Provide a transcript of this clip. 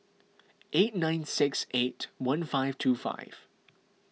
eight nine six eight one five two five